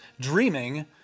dreaming